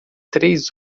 três